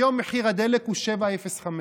היום מחיר הדלק הוא 7.05,